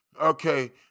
Okay